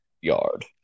yard